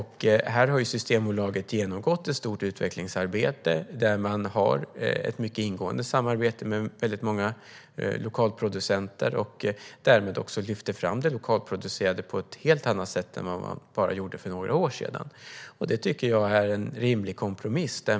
Här har Systembolaget genomgått ett stort utvecklingsarbete där man har ett mycket ingående samarbete med väldigt många lokalproducenter och därmed också lyfter fram det lokalproducerade på ett helt annat sätt än vad man gjorde för bara några år sedan. Det tycker jag är en rimlig kompromiss.